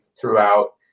throughout